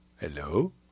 Hello